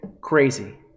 crazy